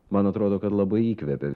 man atrodo kad labai įkvepia